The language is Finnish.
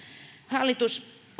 hallitus